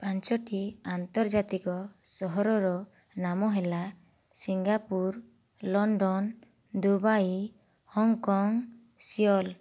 ପାଞ୍ଚୋଟି ଆନ୍ତର୍ଜାତିକ ସହରର ନାମ ହେଲା Singapore London Dubai Hong Kong Seoul